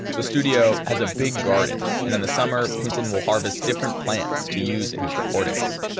the studio has a big garden, and in the summer, hinton will harvest different plants to use in his recordings.